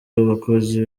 y’abakozi